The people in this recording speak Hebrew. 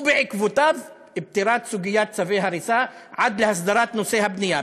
ובעקבותיו פתירת סוגיית צווי ההריסה עד להסדרת נושא הבנייה.